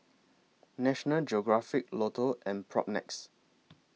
National Geographic Lotto and Propnex